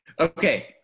Okay